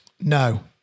No